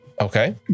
Okay